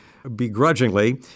begrudgingly